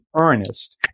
earnest